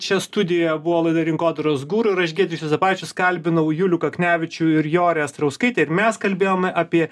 čia studijoje buvo laida rinkodaros guru ir aš giedrius juozapavičius kalbinau julių kaknevičių ir jorę astrauskaitę ir mes kalbėjome apie